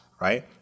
right